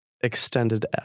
extended